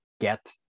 get